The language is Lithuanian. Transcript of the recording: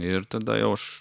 ir tada jau aš